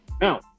Now